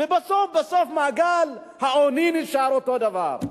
ובסוף בסוף מעגל העוני נשאר אותו דבר.